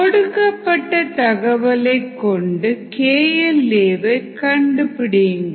கொடுக்கப்பட்ட தகவலை கொண்டு KL a வை கண்டுபிடியுங்கள்